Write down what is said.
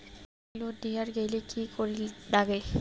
Bank loan নেওয়ার গেইলে কি করীর নাগে?